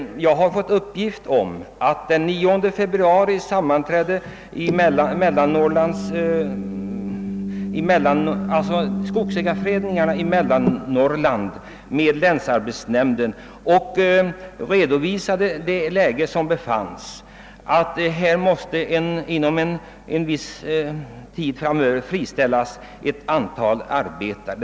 Jag har fått uppgift om att den 9 februari sammanträdde <skogsägareföreningarna i mellersta Norrland med länsarbetsnämnden, varvid de. redovisade att i det läge som rådde måste under en viss tid framöver ett antal arbetare friställas.